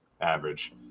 average